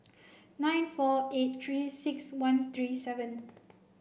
nine four eight three six one three seven